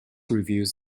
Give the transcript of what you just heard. reveals